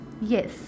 Yes